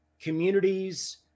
communities